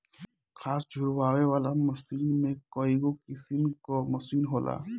घास झुरवावे वाला मशीन में कईगो किसिम कअ मशीन होला